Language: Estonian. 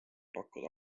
pakkuda